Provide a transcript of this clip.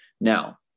Now